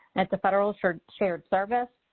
and it's a federal shared shared service.